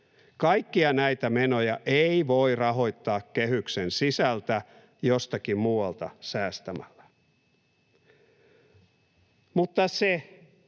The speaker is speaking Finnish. Kaikkia näitä menoja ei voi rahoittaa kehyksen sisältä jostakin muualta säästämällä. Mutta se,